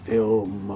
Film